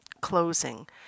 closing